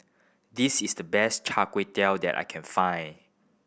this is the best Char Kway Teow that I can find